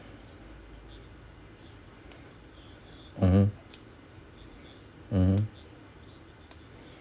mmhmm mmhmm